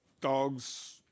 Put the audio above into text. Dogs